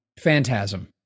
Phantasm